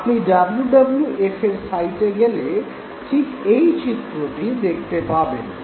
আপনি W W এফের সাইটে গেলে ঠিক এই চিত্রটি দেখতে পাবেন